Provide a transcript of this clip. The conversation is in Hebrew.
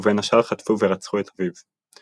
ובין השאר חטפו ורצחו את אביו.